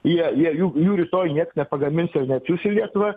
jie jie juk jų rytoj nieks nepagamins ir neatsiųs į lietuvą